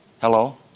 Hello